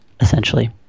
essentially